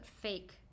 fake